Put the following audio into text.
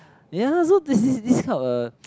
ya lah so this this this kind of a